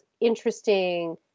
interesting